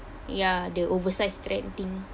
ya the oversized trend thing